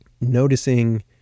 noticing